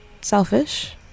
Selfish